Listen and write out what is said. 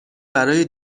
برای